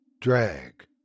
Drag